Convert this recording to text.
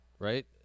Right